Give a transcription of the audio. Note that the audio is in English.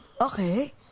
okay